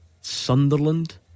Sunderland